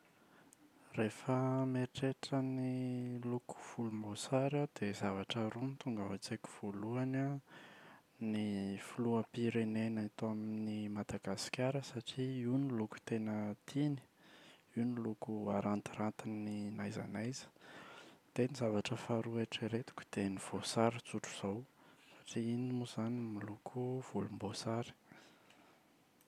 Rehefa mieritreritra ny loko volomboasary aho dia zavatra roa no tonga ao an-tsaiko voalohany an: ny filoham-pirenena eto Madagasikara satria io no loko tena tiany, io no loko arantirantiny n’aiza n’aiza. Dia ny zavatra faharoa eritreretiko dia ny voasary tsotra izao, satria iny moa izany miloko volomboasary.